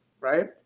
right